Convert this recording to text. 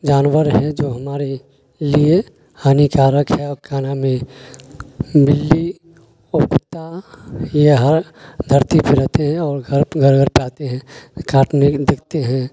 جانور ہیں جو ہمارے لیے ہانی کارک ہے اور کیا نام ہے بلّی و کتا یہ ہر دھرتی پہ رہتے ہیں اور گھر گھر گھر پہ آتے ہیں کاٹنے کے لیے دیکھتے ہیں